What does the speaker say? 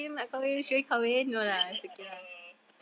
I know oh